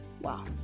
Wow